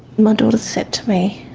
my daughter said to me,